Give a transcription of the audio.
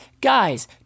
Guys